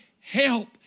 help